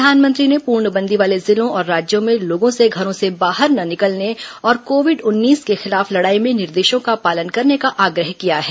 प्रधानमंत्री ने पूर्ण बंदी वाले जिलों और राज्यों में लोगों से घरों से बाहर न निकलने और कोविड उन्नीस के खिलाफ लडाई में निर्देशों का पालन करने का आग्रह किया है